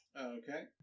okay